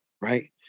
right